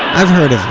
i've heard of him.